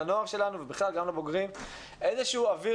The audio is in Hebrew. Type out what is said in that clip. לנוער שלנו ובכלל גם למבוגרים איזשהו אוויר